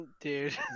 Dude